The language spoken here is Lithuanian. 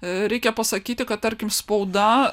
reikia pasakyti kad tarkim spauda